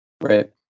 Right